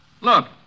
Look